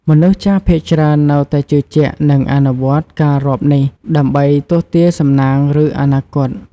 មនុស្សចាស់ភាគច្រើននៅតែជឿជាក់ និងអនុវត្តការរាប់នេះដើម្បីទស្សន៍ទាយសំណាង ឬអនាគត។